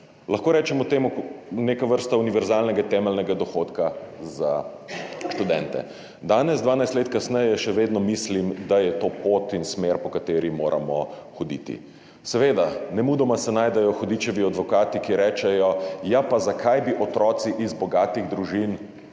Lahko rečemo temu neke vrste univerzalnega temeljnega dohodka za študente. Danes, 12 let kasneje še vedno mislim, da je to pot in smer, po kateri moramo hoditi. Seveda, nemudoma se najdejo hudičevi advokati, ki rečejo, ja, pa zakaj bi otroci iz bogatih družin